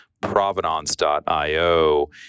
provenance.io